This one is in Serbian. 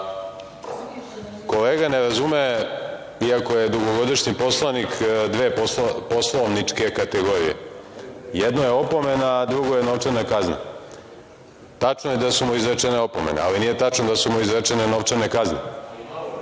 ulazim. Kolega ne razume, iako je dugogodišnji poslanik, dve poslovničke kategorije. Jedno je opomena, drugo je novčana kazna. Tačno je da su mu izrečene opomene, ali nije tačno da su mu izrečene novčane kazne.